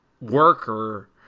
worker